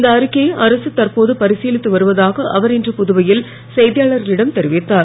இந்த அறிக்கையை அரசு தற்போது பரிசிலித்து வருவதாக அவர் இன்று புதுவையில் செய்தியாளர்களிடம் தெரிவித்தார்